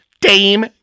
Dame